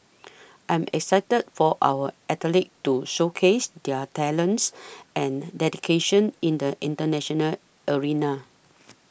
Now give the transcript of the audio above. I am excited for our athletes to showcase their talents and dedication in the international arena